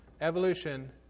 evolution